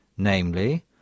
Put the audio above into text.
Namely